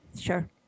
sure